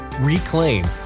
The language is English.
reclaim